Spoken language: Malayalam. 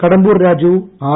കടമ്പൂർ രാജു ആർ